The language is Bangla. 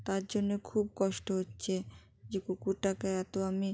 তার জন্য়ে খুব কষ্ট হচ্ছে যে কুকুরটাকে এত আমি